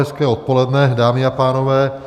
Hezké odpoledne, dámy a pánové.